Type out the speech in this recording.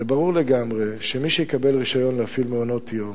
זה ברור לגמרי שמי שיקבל רשיון להפעיל מעונות-יום,